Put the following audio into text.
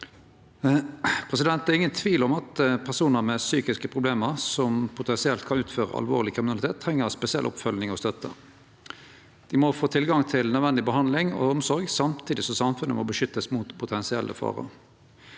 Det er ingen tvil om at personar som har psykiske problem og potensielt kan utføre alvorleg kriminalitet, treng spesiell oppfølging og støtte. Dei må få tilgang til nødvendig behandling og omsorg samtidig som samfunnet må beskyttast mot potensielle farar.